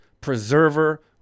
Preserver